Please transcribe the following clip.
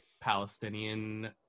Palestinian